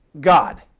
God